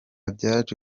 byaje